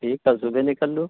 ठीक कल सुबह निकल लो